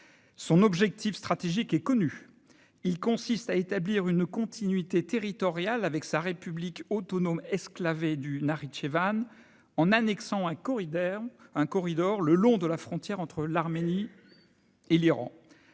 Son objectif stratégique est connu. Il consiste à établir une continuité territoriale avec sa République autonome exclavée du Nakhitchevan en annexant un corridor le long de la frontière entre l'Arménie et l'Iran.